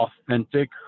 authentic